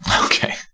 Okay